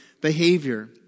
behavior